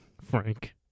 Frank